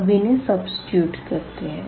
अब इन्हें सब्सीट्यूट करते है